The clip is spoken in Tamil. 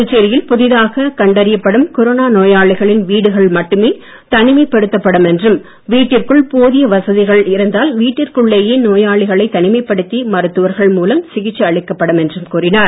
புதுச்சேரியில் புதிதாக கண்டறியப்படும் கொரோனா நோயாளிகளின் வீடுகள் மட்டுமே தனிமைப் படுத்தப்படும் என்றும் வீட்டிற்குள் போதிய வசதிகள் இருந்தால் வீட்டிற்குள்ளேயே நோயாளியை தனிமைப்படுத்தி மருத்துவர்கள் மூலம் சிகிச்சை அளிக்கப்படும் என்றும் கூறினார்